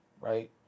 right